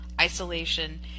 isolation